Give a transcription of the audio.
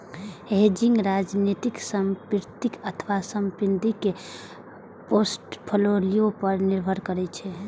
hedging रणनीति संपत्ति अथवा संपत्ति के पोर्टफोलियो पर निर्भर करै छै